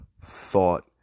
thought